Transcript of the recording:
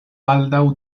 baldaŭ